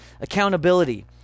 accountability